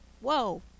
whoa